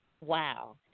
Wow